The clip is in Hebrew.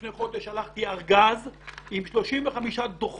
לפני חודש שלחתי ארגז עם 35 דוחות